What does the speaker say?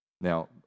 Now